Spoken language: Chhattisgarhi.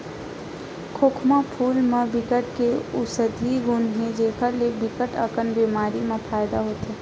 खोखमा फूल म बिकट के अउसधी गुन हे जेखर ले बिकट अकन बेमारी म फायदा होथे